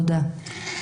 תודה.